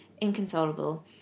inconsolable